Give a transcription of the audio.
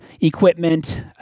equipment